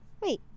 Wait